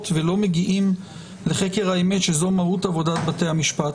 ולא מגיעים לחקר האמת שזו מהות עבודת בתי המשפט.